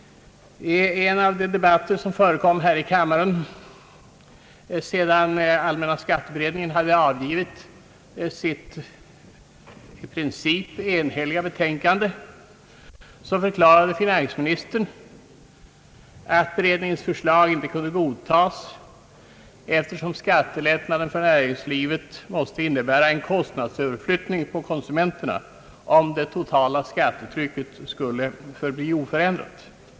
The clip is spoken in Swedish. I en av de debatter som förekom här i kammaren sedan skatteberedningen hade avgivit sitt i princip enhälliga betänkande, förklarade finansministern att beredningens förslag inte kunde godtagas eftersom skattelättnaden för näringslivet måste innebära en kostnadsöverflyttning på konsumenterna, om det totala skattetrycket skulle förbli oförändrat.